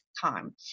time